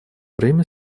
время